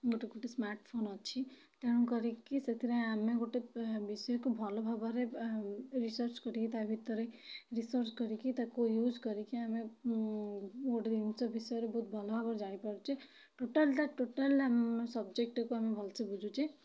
ଗୋଟେ ଗୋଟେ smart phone ଅଛି ତେଣୁ କରିକି ସେଥିରେ ଆମେ ଗୋଟେ ବିଷୟକୁ ଭଲ ଭାବରେ ରିସର୍ଚ୍ଚ କରିକି ତା'ଭିତରେ ରିସର୍ଚ୍ଚ କରିକି ତାକୁ ୟୁଜ୍ କରିକି ଆମେ ଗୋଟେ ଜିନିଷ ବିଷୟରେ ବହୁତ ଭଲ ଭାବରେ ଜାଣିପାରୁଛେ ଟୋଟାଲ୍ଟା ଟୋଟାଲ୍ ଆମ ସବ୍ଜେକ୍ଟକୁ ଆମେ ଭଲ ସେ ବୁଝୁଛେ